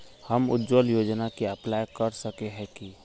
हम उज्वल योजना के अप्लाई कर सके है की?